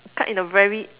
cut in a very